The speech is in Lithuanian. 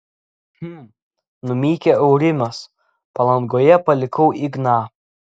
hm numykė aurimas palangoje palikau igną